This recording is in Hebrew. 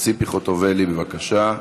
ציפי חוטובלי, בבקשה,